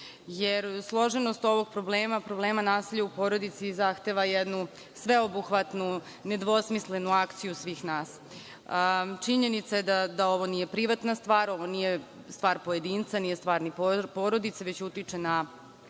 jer složenost ovog problema, problema nasilja u porodici, zahteva jednu sveobuhvatnu, nedvosmislenu akciju svih nas. Činjenica je da ovo nije privatna stvar, ovo nije stvar pojedinca, nije stvar ni porodice, već utiče na